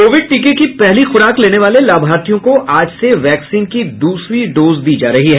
Covid टीके की पहली खुराक लेने वाले लाभार्थियों को आज से वैक्सीन की दूसरी डोज दी जा रही है